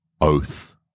Oath